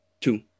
Two